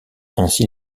ainsi